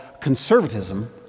conservatism